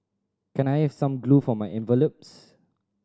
can I have some glue for my envelopes